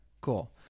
cool